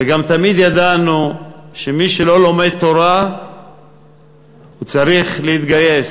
וגם תמיד ידענו שמי שלא לומד תורה צריך להתגייס.